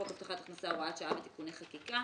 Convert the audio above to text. חוק הבטחת הכנסה (הוראת שעה ותיקוני חקיקה)(תיקון).